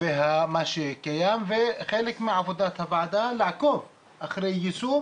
ומה שקיים וחלק מעבודת הוועדה זה לעקוב אחרי יישום